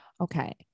Okay